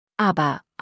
aber